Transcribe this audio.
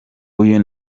uyu